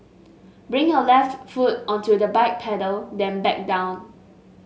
bring your left foot onto the bike pedal then back down